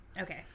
okay